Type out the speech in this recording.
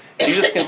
Jesus